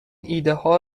ایدهها